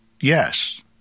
yes